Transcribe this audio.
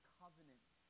covenant